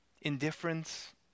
Indifference